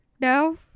No